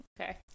Okay